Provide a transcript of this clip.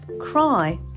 cry